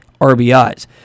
RBIs